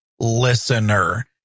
listener